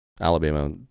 Alabama